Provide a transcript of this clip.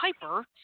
Piper